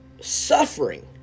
suffering